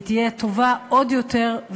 היא תהיה טובה עוד יותר,